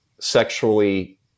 sexually